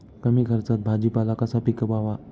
कमी खर्चात भाजीपाला कसा पिकवावा?